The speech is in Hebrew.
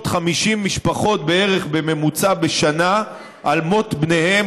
משפחות בערך בממוצע בשנה על מות בניהם,